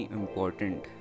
important